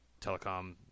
telecom